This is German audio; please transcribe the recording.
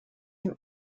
dem